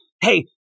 hey